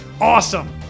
awesome